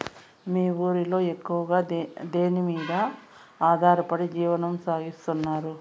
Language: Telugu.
మీ ఊరిలో ఎక్కువగా దేనిమీద ఆధారపడి జీవనం సాగిస్తున్నారు?